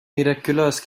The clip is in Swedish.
mirakulös